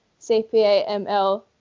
CPAML